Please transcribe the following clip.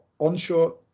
onshore